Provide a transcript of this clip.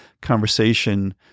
conversation